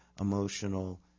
emotional